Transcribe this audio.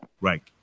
right